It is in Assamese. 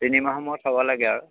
তিনি মাহৰ মূৰত হ'ব লাগে আৰু